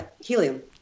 Helium